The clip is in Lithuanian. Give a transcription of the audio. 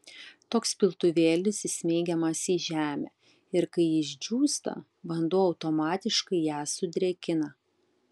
toks piltuvėlis įsmeigiamas į žemę ir kai ji išdžiūsta vanduo automatiškai ją sudrėkina